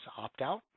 opt-out